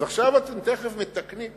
אז עכשיו אתם תיכף מתקנים?